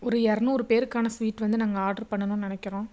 ஒரு இரநூறு பேருக்கான ஸ்வீட் வந்து நாங்கள் ஆர்ட்ரு பண்ணணும்னு நினைக்கிறோம்